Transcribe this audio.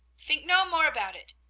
think no more about it!